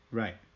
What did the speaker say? right